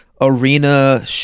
arena